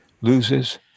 loses